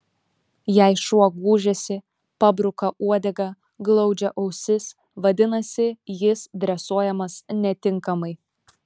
jei šuo gūžiasi pabruka uodegą glaudžia ausis vadinasi jis dresuojamas netinkamai